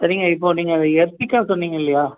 சரிங்க இப்போது நீங்கள் அதை எர்டிக்கா சொன்னீங்க இல்லையா